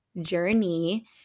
journey